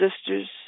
sisters